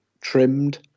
trimmed